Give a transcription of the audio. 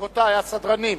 רבותי הסדרנים.